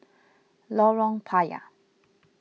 Lorong Payah